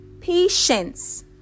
patience